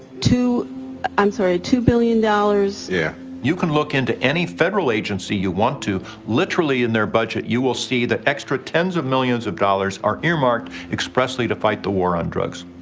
um sorry two billion dollars. yeah. you can look into any federal agency you want to. literally in their budget you will see the extra tens of millions of dollars are earmarked expressly to fight the war on drugs.